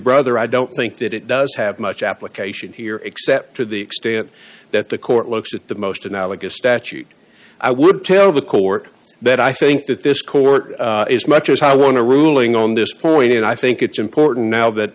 brother i don't think that it does have much application here except to the extent that the court looks at the most analogous statute i would tell the court that i think that this court is much as i want to ruling on this point and i think it's important now that